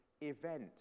event